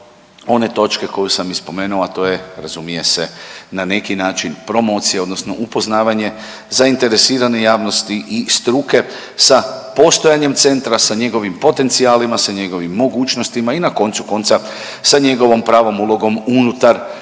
one točke koju sam i spomenuo, a to je razumije se na neki način promocija odnosno upoznavanje zainteresirane javnosti i struke sa postojanjem centra, sa njegovim potencijalima, sa njegovim mogućnostima i na koncu konca sa njegovom pravom ulogom unutar cijelog